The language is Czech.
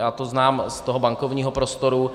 Já to znám z toho bankovního prostoru.